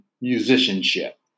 musicianship